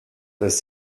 dass